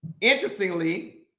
Interestingly